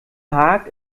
haag